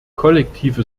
kollektive